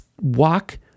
walk